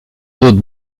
hôtes